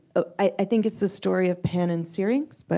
ah i think it's the story of pan and syrinx, but